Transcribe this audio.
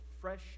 fresh